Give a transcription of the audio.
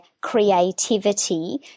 creativity